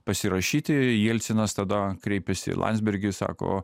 pasirašyti jelcinas tada kreipėsi į landsbergis sako